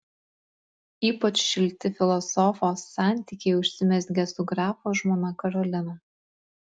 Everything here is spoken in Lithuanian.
ypač šilti filosofo santykiai užsimezgė su grafo žmona karolina